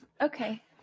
Okay